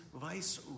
vice